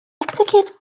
execute